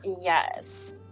Yes